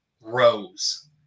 Rose